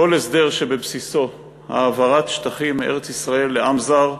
כל הסדר שבבסיסו העברת שטחים מארץ-ישראל לעם זר,